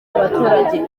abaturage